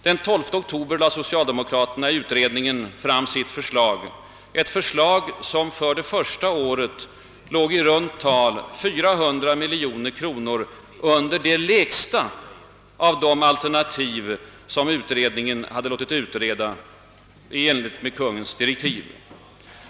Den 12 oktober lade socialdemokraterna i utredningen fram sitt förslag, ett förslag som för det första året låg i runt tal 400 miljoner kronor under det lägsta av de alternativ som utredningen hade låtit utreda i enlighet med Kungl. Maj:ts direktiv.